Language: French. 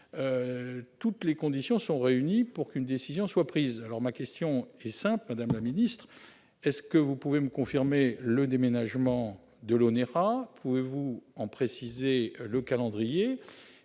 toutes les conditions sont réunies afin qu'une décision soit prise. Ma question est simple, madame la secrétaire d'État : pouvez-vous me confirmer le déménagement de l'ONERA ? Pouvez-vous en préciser le calendrier